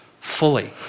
fully